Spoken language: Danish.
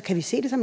Kl. 11:22 Per